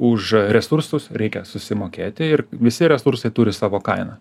už resursus reikia susimokėti ir visi resursai turi savo kainą